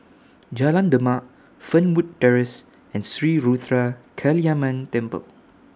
Jalan Demak Fernwood Terrace and Sri Ruthra Kaliamman Temple